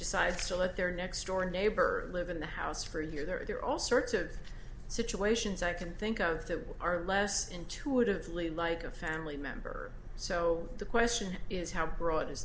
decides to let their next door neighbor live in the house for a year there are all sorts of situations i can think of that are less intuitively like a family member so the question is how broad is